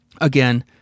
again